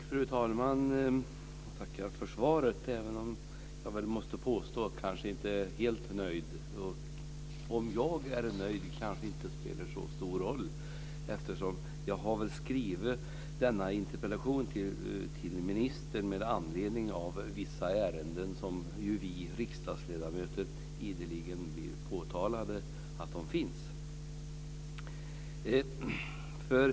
Fru talman! Jag tackar för svaret även om jag kanske inte är helt nöjd. Om jag är nöjd kanske inte spelar så stor roll. Jag har skrivit denna interpellation till ministern med anledning av vissa ärenden vars existens ideligen påtalas för oss riksdagsledamöter.